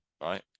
right